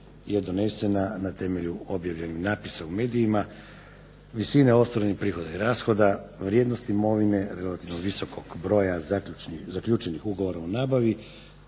je donesena na temelju objavljenih napisa u medijima, visina ostvarenih prihoda i rashoda, vrijednost imovine relativno visokog broja zaključenog broja u nabavi,